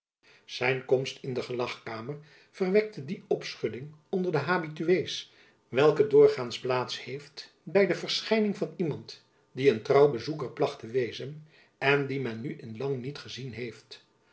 zijn komst in de gelagkamer verwekte die opschudding onder de habitués welke doorgaands plaats heeft by de verschijning van iemand die een trouw bezoeker plach te wezen en dien men nu in lang niet gezien heeft